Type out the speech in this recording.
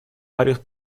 varios